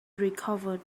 recover